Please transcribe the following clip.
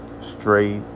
straight